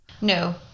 No